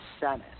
Senate